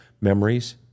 memories